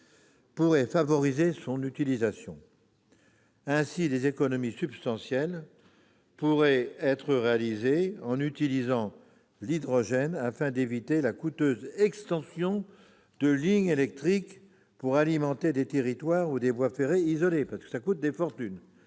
pourrait favoriser l'utilisation de cette technologie. Ainsi, des économies substantielles pourraient être réalisées en utilisant l'hydrogène, afin d'éviter la coûteuse extension de lignes électriques pour alimenter des territoires ou des voies ferrées isolés : on le sait, de tels